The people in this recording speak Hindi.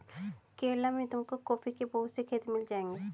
केरला में तुमको कॉफी के बहुत से खेत मिल जाएंगे